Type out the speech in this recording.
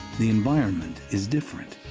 the environment is different.